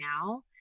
now